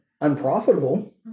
unprofitable